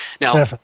Now